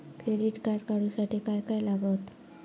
Credit card काढूसाठी काय काय लागत?